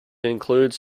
includes